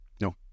no